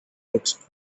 texts